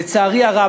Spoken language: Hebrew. לצערי הרב.